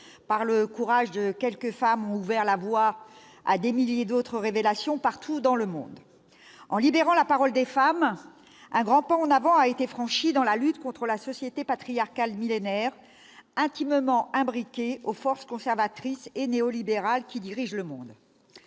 au courage de quelques femmes ont ouvert la voie à des milliers d'autres révélations, partout dans le monde. En libérant la parole des femmes, un grand pas en avant a été franchi dans la lutte contre la société patriarcale millénaire, intimement imbriquée aux forces conservatrices et néolibérales qui dirigent le monde.